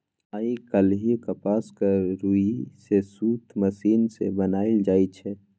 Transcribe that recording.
आइ काल्हि कपासक रुइया सँ सुत मशीन सँ बनाएल जाइ छै